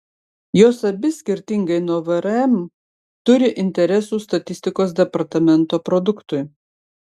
jos abi skirtingai nuo vrm turi interesų statistikos departamento produktui